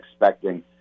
expecting